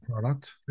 product